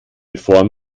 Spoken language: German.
bevor